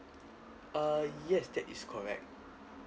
uh yes that is correct